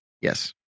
Yes